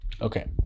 okay